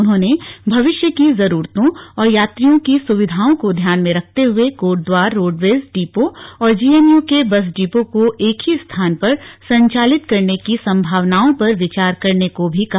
उन्होंने भविष्य की जरूरतों और यात्रियों की सुविधाओं को ध्यान में रखते हुए कोटद्वार रोडवेज डिपो और जीएमयू के बस डिपों को एक ही स्थान पर संचालित करने की संभावनाओं पर विचार करने को भी कहा